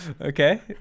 okay